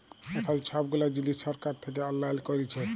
এখল ছব গুলা জিলিস ছরকার থ্যাইকে অললাইল ক্যইরেছে